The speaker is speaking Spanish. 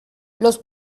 los